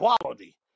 quality